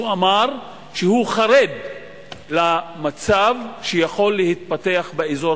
הוא אמר שהוא חרד מהמצב שיכול להתפתח באזור